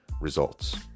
results